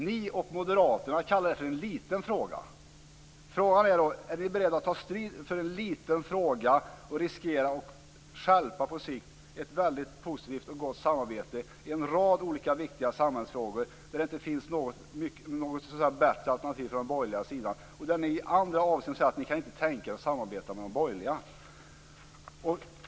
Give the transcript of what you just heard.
Ni och Moderaterna kallar det för en liten fråga. Frågan är om ni är beredda att ta strid för en liten fråga och riskera att på sikt stjälpa ett gott och positivt samarbete i en rad olika viktiga samhällsfrågor, där det inte finns något bättre alternativ från de borgerligas sida. I andra avseenden säger ni ju att ni inte kan tänka er att samarbeta med de borgerliga.